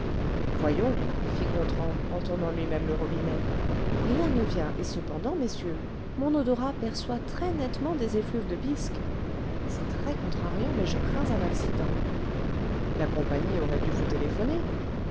voyons fit gontran en tournant lui-même le robinet rien ne vient et cependant messieurs mon odorat perçoit très nettement des effluves de bisque c'est très contrariant mais je crains un accident la compagnie aurait dû vous téléphoner